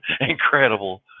incredible